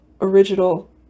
original